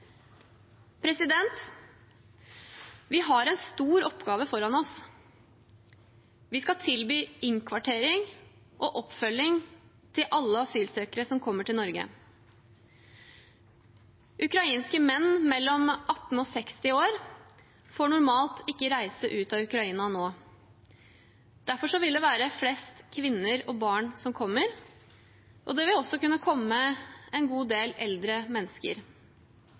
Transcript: Vi har en stor oppgave foran oss. Vi skal tilby innkvartering og oppfølging til alle asylsøkere som kommer til Norge. Ukrainske menn mellom 18 år og 60 år får normalt ikke reise ut av Ukraina nå. Derfor vil det være flest kvinner og barn som kommer, og det vil også kunne komme en god del eldre mennesker.